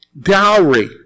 Dowry